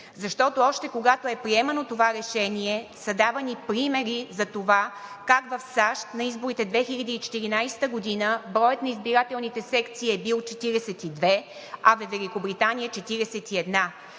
Защото още когато е приемано това решение, са давани примери за това как в САЩ на изборите през 2014 г. броят на избирателните секции е бил 42, а във Великобритания – 41.